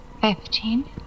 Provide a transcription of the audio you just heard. fifteen